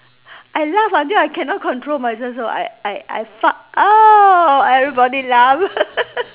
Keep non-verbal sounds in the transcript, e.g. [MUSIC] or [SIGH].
I laugh until I cannot control myself so so I fart then [NOISE] then everybody laugh [LAUGHS]